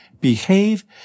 behave